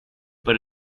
but